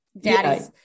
daddy